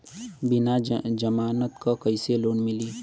बिना जमानत क कइसे लोन मिली?